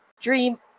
dream